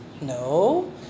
No